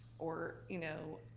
or you know,